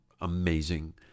amazing